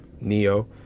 NEO